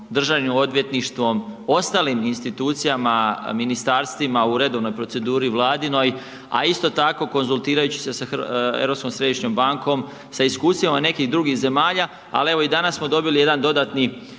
HNB-om, DORH-om, ostalim institucijama, ministarstvima, u redovnoj proceduri Vladinoj, a isto tako konzultirajući se sa Europskom središnjom bankom, sa iskustvima nekih drugih zemalja, ali evo i danas smo dobili jedan dodatni